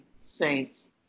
Saints